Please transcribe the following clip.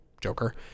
Joker